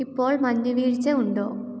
ഇപ്പോൾ മഞ്ഞുവീഴ്ച ഉണ്ടോ